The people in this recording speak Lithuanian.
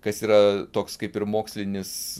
kas yra toks kaip ir mokslinis